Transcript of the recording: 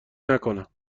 نکنم